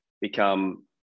become